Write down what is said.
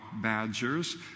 badgers